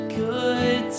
good